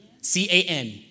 C-A-N